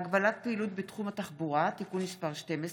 (הגבלת פעילות בתחום התחבורה) (תיקון מס' 12),